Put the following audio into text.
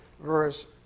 verse